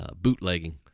bootlegging